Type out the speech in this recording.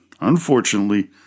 unfortunately